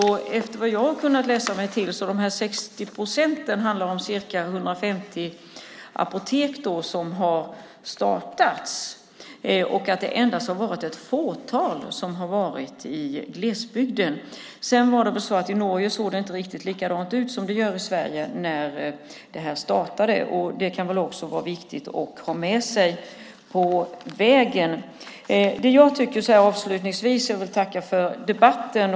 Enligt vad jag har kunnat läsa mig till handlar de här 60 procenten om ca 150 apotek som har startats, och det har endast varit ett fåtal i glesbygden. Sedan såg det väl inte riktigt likadant ut i Norge när det här startade som det gör i Sverige. Det kan också vara viktigt att ha med sig på vägen. Jag vill tacka för debatten.